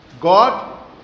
god